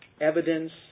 evidence